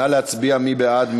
נא להצביע, מי בעד?